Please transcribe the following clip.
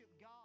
God